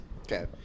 Okay